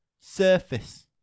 surface